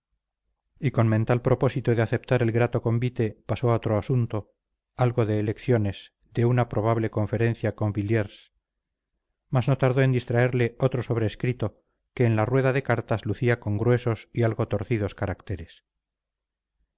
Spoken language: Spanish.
y con mental propósito de aceptar el grato convite pasó a otro asunto algo de elecciones de una probable conferencia con williers mas no tardó en distraerle otro sobrescrito que en la rueda de cartas lucía con gruesos y algo torcidos caracteres